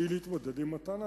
צריך להתמודד עם הטענה.